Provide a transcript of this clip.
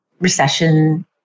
recession